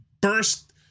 burst